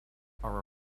are